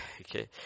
Okay